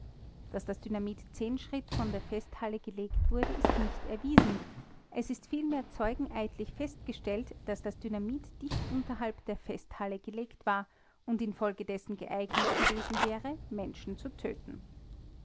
daß das dynamit schritt von der festhalle gelegt wurde ist nicht erwiesen es ist vielmehr zeugeneidlich festgestellt daß das dynamit dicht unterhalb der festhalle gelegt war und infolgedessen geeignet gewesen wäre menschen zu töten